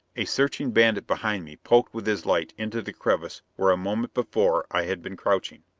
a searching bandit behind me poked with his light into the crevice where a moment before i had been crouching.